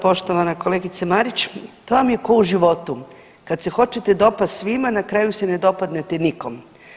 Poštovana kolegice Marić, to vam je ko u životu, kad se hoćete dopast svima na kraju se ne dopadnete nikom.